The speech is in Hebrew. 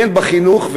הן בחינוך,